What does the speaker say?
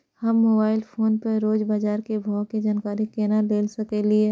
हम mobile phone पर रोज बाजार के भाव के जानकारी केना ले सकलिये?